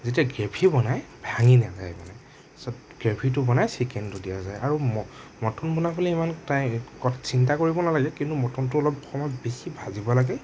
যেতিয়া গ্ৰেভী বনায় ভাঙি নেযায় মানে তাছত গ্ৰেভীটো বনাই ছিকেনটো দিয়া যায় আৰু ম মটন বনাবলে ইমান টাই চিন্তা কৰিব নালাগে কিন্তু মটনটো অলপ সময় বেছি ভাজিব লাগে